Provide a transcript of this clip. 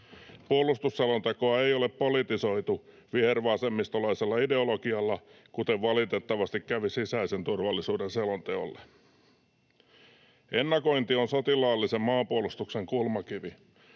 Puolustusselontekoa ei ole politisoitu vihervasemmistolaisella ideologialla, kuten valitettavasti kävi sisäisen turvallisuuden selonteolle. Ennakointi on sotilaallisen maanpuolustuksen kulmakivi.